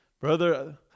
Brother